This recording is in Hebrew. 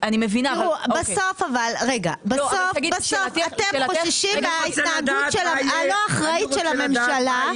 בסוף אתם חוששים מההתנהגות הלא אחראית של הממשלה.